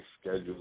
schedule